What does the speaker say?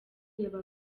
reba